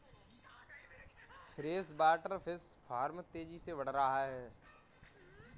freshwater fish farm तेजी से बढ़ रहा है